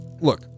Look